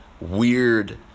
weird